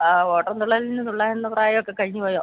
ആ ഓട്ടതുള്ളലിന് തുള്ളാനുള്ള പ്രായമൊക്കെ കഴിഞ്ഞ് പോയോ